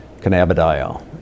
cannabidiol